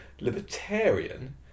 libertarian